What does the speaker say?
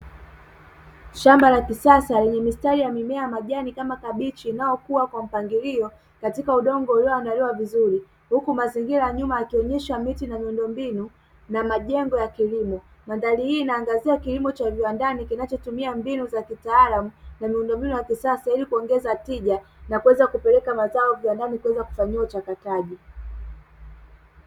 Shamba la kisasa lenye mistari ya mimea ya majani kama kabichi inayokuwa kwa mpangilio katika udongo ulioandaliwa vizuri huku mazingira ya nyuma yakionesha miti na miundombinu na majengo ya kilimo. Mandhari hii inaangazia kilimo cha viwandani kinachotumia mbinu za kitaalamu na miundombinu ya kisasa ili kuongeza tija na kuweza kupeleka mazao viwandani kuweza kufanyiwa uchakataji.